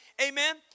Amen